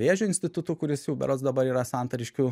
vėžio institutu kuris jau berods dabar yra santariškių